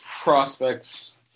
prospects